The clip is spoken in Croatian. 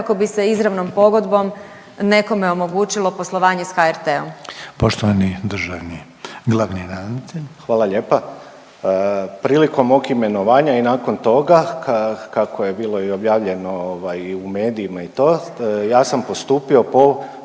kako bi se izravnom pogodom nekome omogućilo poslovanje s HRT-om. **Reiner, Željko (HDZ)** Poštovani državni glavni ravnatelj. **Šveb, Robert** Hvala lijepa. Prilikom mog imenovanja i nakon toga, kako je bilo i objavljeno ovaj i u medijima i to, ja sam postupio po